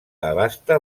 abasta